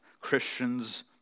Christians